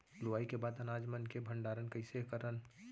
लुवाई के बाद अनाज मन के भंडारण कईसे करन?